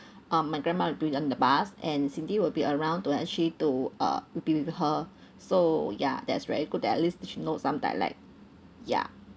uh my grandma will be there in the bus and cindy will be around to actually to uh be with her so ya that's very good that at least she knows some dialect ya